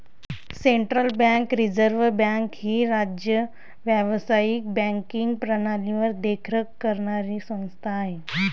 central bank reserve bank ही राज्य व्यावसायिक बँकिंग प्रणालीवर देखरेख करणारी संस्था आहे